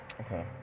Okay